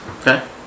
Okay